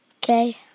Okay